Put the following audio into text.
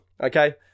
okay